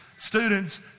Students